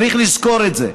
צריך לזכור את זה.